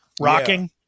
rocking